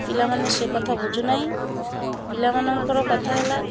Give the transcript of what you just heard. ପିଲାମାନେ ସେ କଥା ବୁଝୁନାହିଁ ପିଲାମାନଙ୍କର କଥା ହେଲା